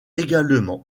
également